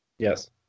Yes